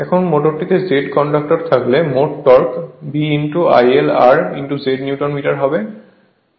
এখন মোটরটিতে Z conductor থাকলে মোট torque B IL r Z newton metre হবে